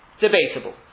Debatable